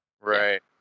Right